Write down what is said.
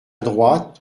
droite